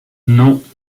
non